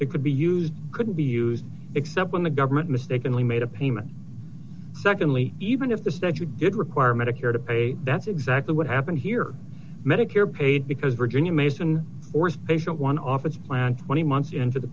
it could be used could be used except when the government mistakenly made a payment secondly even if the said you did require medicare to pay that's exactly what happened here medicare paid because virginia mason or special one office plan twenty months into the